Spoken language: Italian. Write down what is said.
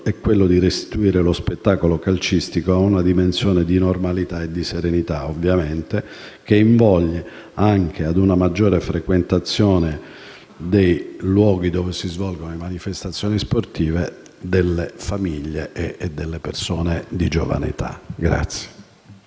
è quello di restituire lo spettacolo calcistico ad una dimensione di normalità e serenità che invogli anche ad una maggiore frequentazione dei luoghi in cui si svolgono le manifestazioni sportive da parte delle famiglie e delle persone di giovane età.